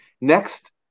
Next